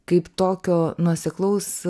kaip tokio nuoseklaus